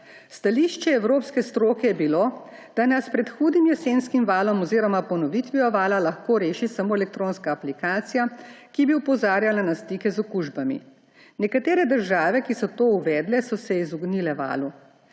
Stališče evropske stroke je bilo, da nas pred hudim jesenskim valom oziroma ponovitvijo vala lahko reši samo elektronska aplikacija, ki bi opozarjala na stike z okužbami. Nekatere države, ki so to uvedle, so se izognile valu.